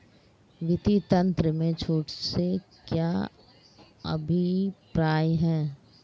वित्तीय तंत्र में छूट से क्या अभिप्राय है?